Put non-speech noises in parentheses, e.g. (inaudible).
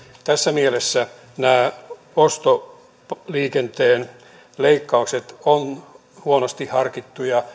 tässä mielessä nämä ostoliikenteen leikkaukset ovat huonosti harkittuja (unintelligible)